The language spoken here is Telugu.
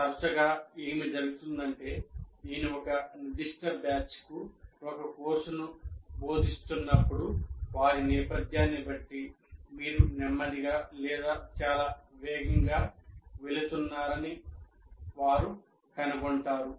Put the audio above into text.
తరచుగా ఏమి జరుగుతుందంటే నేను ఒక నిర్దిష్ట బ్యాచ్కు ఒక కోర్సును బోధిస్తున్నప్పుడు వారి నేపథ్యాన్ని బట్టి మీరు నెమ్మదిగా లేదా చాలా వేగంగా వెళుతున్నారని వారు కనుగొంటారు